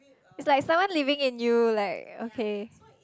it's like someone living in you like okay